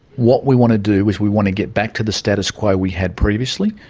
what we want to do is we want to get back to the status quo we had previously.